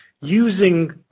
using